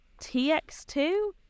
TX2